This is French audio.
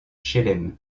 chelem